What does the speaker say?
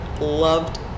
loved